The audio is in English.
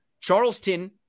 Charleston